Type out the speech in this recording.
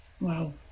Wow